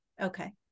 Okay